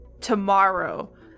tomorrow